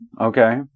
Okay